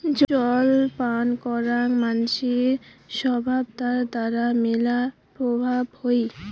জল পান করাং মানসির সভ্যতার দ্বারা মেলা প্রভাব হই